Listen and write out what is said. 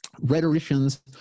rhetoricians